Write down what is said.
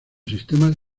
sistemas